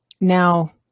Now